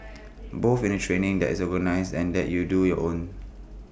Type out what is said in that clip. both in the training that is organised and that you do on your own